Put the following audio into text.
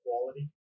quality